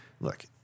look